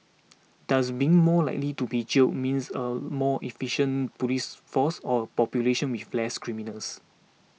does being more likely to be jailed means a more efficient police force or population with less criminals